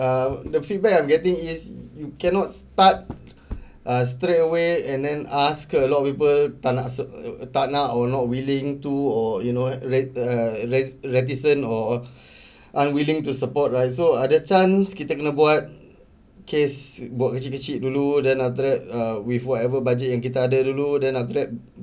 uh the feedback I'm getting is cannot start err straightaway and then ask a lot of people tak nak err tak nak err not willing to oh you know ret~ err reticent or unwilling to support right so ada chance kita tengah buat case work kecil-kecil dulu then after that err with whatever budget yang kita ada dulu then after that